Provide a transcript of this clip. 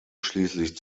schließlich